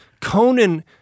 Conan